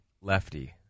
Lefty